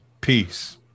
peace